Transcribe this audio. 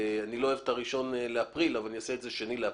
אני לא אוהב את ה-1 באפריל אבל אני אעשה את זה ב-2 באפריל.